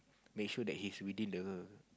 make sure that he's within the